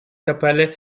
kapelle